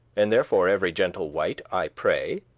and therefore every gentle wight i pray,